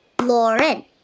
Lauren